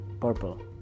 purple